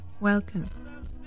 welcome